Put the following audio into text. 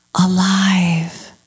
alive